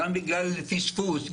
פספוס,